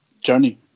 journey